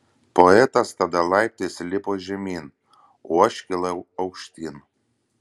poetas tada laiptais lipo žemyn o aš kilau aukštyn